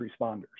responders